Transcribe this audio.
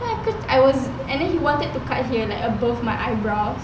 then i~ I was then he wanted to cut here like above my eyebrow